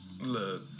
Look